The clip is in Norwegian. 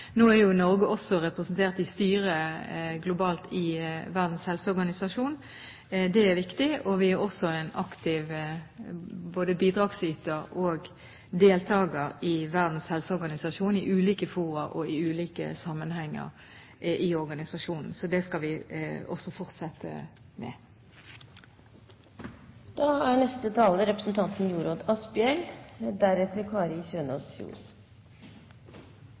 Nå er jo Norge også representert i styret globalt i Verdens helseorganisasjon. Det er viktig. Vi er også en aktiv bidragsyter og deltaker i Verdens helseorganisasjon i ulike fora og i ulike sammenhenger. Det skal vi fortsette